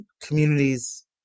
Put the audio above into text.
communities